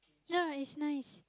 ya is nice